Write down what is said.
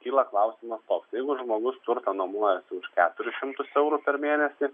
kyla klausimas toks jeigu žmogus turtą nuomojasi už keturis šimtus eurų per mėnesį